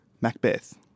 Macbeth